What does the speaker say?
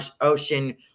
ocean